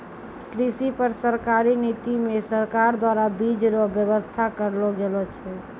कृषि पर सरकारी नीति मे सरकार द्वारा बीज रो वेवस्था करलो गेलो छै